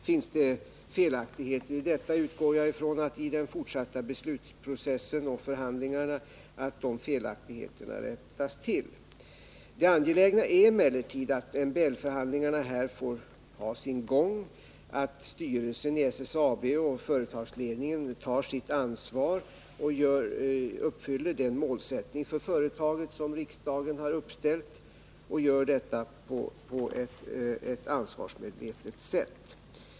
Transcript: Finns det felaktigheter i detta utgår jag ifrån att de felaktigheterna rättas till i den fortsatta beslutsprocessen och i förhandlingarna. Det angelägna är emellertid att MBL-förhandlingarna får ha sin gång, att styrelsen i SSAB och företagsledningen uppfyller den målsättning för företaget som riksdagen har uppställt och gör detta på ett ansvarsmedvetet sätt.